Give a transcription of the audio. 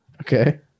Okay